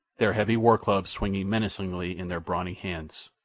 their heavy war-clubs swinging menacingly in their brawny hands.